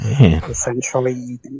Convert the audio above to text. essentially